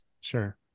Sure